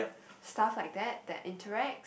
stuff like that that interacts